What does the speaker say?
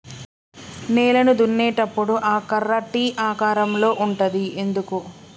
నేలను దున్నేటప్పుడు ఆ కర్ర టీ ఆకారం లో ఉంటది ఎందుకు?